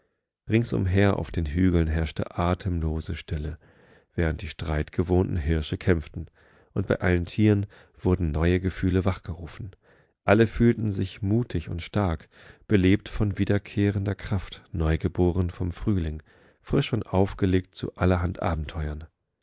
ringsumher auf den hügeln herrschte atemlose stille während die streitgewohntenhirschekämpften undbeiallentierenwurdenneuegefühle wachgerufen alle fühlten sie sich mutig und stark belebt von wiederkehrender kraft neugeboren vom frühling frisch und aufgelegt zu allerhand abenteuern